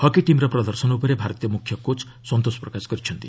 hockey ଟିମ୍ର ପ୍ରଦର୍ଶନ ଉପରେ ଭାରତୀୟ ମୁଖ୍ୟ କୋଚ୍ ସନ୍ତୋଷ ପ୍ରକାଶ କରିଛନ୍ତି